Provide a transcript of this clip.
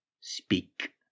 speak